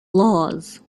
laws